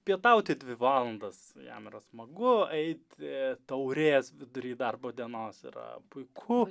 pietauti dvi valandas jam yra smagu eiti taurės vidury darbo dienos yra puiku